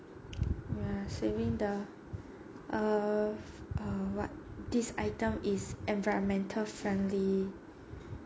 ya saving the earth err what this item is environmental friendly